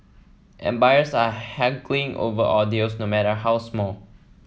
and buyers are haggling over all deals no matter how small